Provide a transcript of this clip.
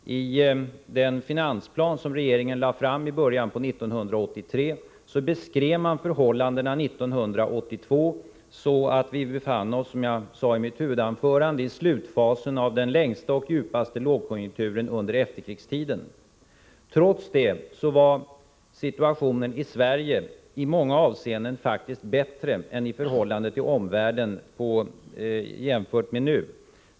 I den finansplan som regeringen lade fram i början av 1983 beskrev man förhållandena 1982 så, att vi befann oss — som jag sade i mitt huvudanförande —-islutfasen av den längsta och djupaste lågkonjunkturen under efterkrigstiden. Trots det var situationen i Sverige i många avseenden faktiskt bättre i förhållande till omvärlden än den är nu.